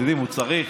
הוא צריך,